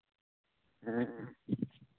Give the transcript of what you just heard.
ᱦᱮᱸ